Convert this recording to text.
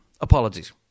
Apologies